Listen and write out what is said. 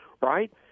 right